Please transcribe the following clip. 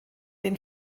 den